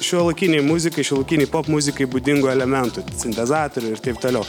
šiuolaikinei muzikai šiuolaikinei popmuzikai būdingų elementų sintezatorių ir taip toliau